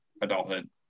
adulthood